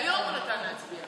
היום הוא נתן להצביע.